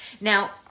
Now